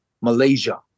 Malaysia